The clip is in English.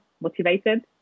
motivated